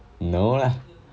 no lah